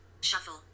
shuffle